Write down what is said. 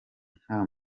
nta